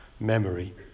memory